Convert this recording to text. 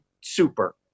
super